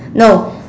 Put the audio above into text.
no